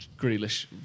Grealish